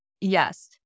yes